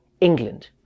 England